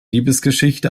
liebesgeschichte